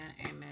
amen